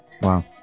wow